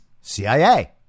CIA